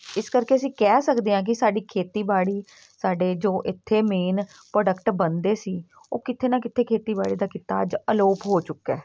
ਇਸ ਕਰਕੇ ਅਸੀਂ ਕਹਿ ਸਕਦੇ ਹਾਂ ਕਿ ਸਾਡੀ ਖੇਤੀਬਾੜੀ ਸਾਡੇ ਜੋ ਇੱਥੇ ਮੇਨ ਪ੍ਰੋਡਕਟ ਬਣਦੇ ਸੀ ਉਹ ਕਿਤੇ ਨਾ ਕਿਤੇ ਖੇਤੀਬਾੜੀ ਦਾ ਕਿੱਤਾ ਅੱਜ ਅਲੋਪ ਹੋ ਚੁੱਕਾ